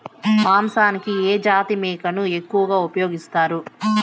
మాంసానికి ఏ జాతి మేకను ఎక్కువగా ఉపయోగిస్తారు?